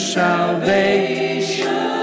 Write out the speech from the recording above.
salvation